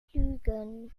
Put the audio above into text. lügen